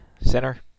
center